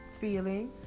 feeling